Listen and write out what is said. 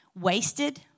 wasted